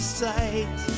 sight